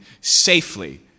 safely